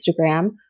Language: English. Instagram